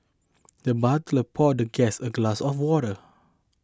the butler poured the guest a glass of water